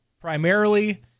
primarily